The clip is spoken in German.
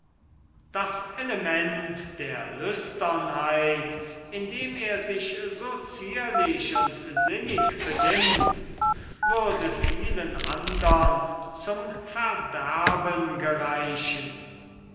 das element der lüsternheit in dem er sich so zierlich und sinnig benimmt würde vielen andern zum verderben gereichen